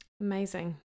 amazing